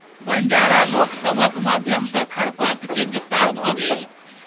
बंजारा लोक सभक माध्यम सॅ खरपात के विस्तार भ गेल